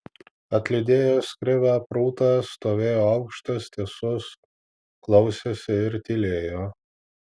atlydėjęs krivę prūtą stovėjo aukštas tiesus klausėsi ir tylėjo